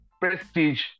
prestige